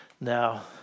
Now